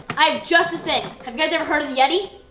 i have just a thing. have you guys ever heard of the yeti?